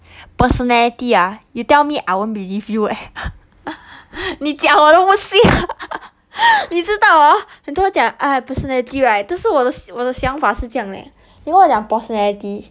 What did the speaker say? personality ah you tell me I won't believe you eh 你讲我都不信 你知道哦很多讲哎 personality right 这是我的我的想法是这样 leh 你跟我讲 personality